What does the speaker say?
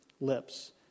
lips